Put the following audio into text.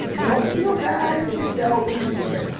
don't feel bad if you sell too soon.